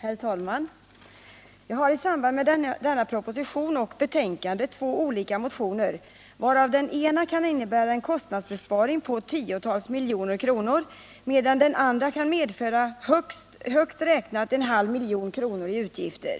Herr talman! Jag har i samband med denna proposition och detta betänkande väckt två olika motioner, varav den ena skulle kunna innebära en kostnadsbesparing på tiotals miljoner kronor, medan den andra skulle kunna medföra högt räknat en halv miljon kronor i utgifter.